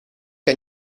que